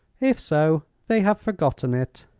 if so, they have forgotten it.